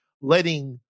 letting